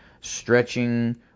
stretching